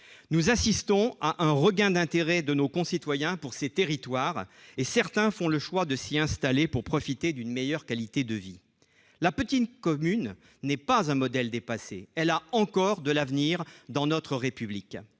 Nous assistons à un regain d'intérêt de nos concitoyens pour ces territoires. Certains font le choix de s'y installer pour profiter d'une meilleure qualité de vie. La petite commune n'est pas un modèle dépassé. Elle a encore de l'avenir dans notre République,